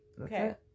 Okay